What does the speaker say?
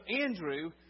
Andrew